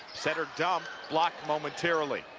center dump blocked momentarily.